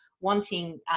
wanting